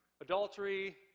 Adultery